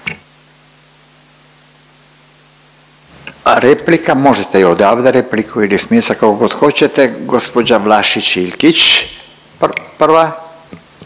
Replika. Možete i odavde repliku ili s mjesta kako god hoćete. Gospođa Vlašić Iljkić prva.